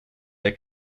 der